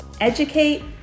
Educate